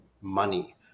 money